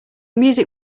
music